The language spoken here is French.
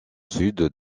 sud